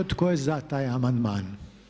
Tko je za taj amandman?